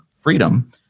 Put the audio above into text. freedom